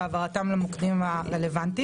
והעברתם למוקדים הרלבנטיים.